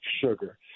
sugar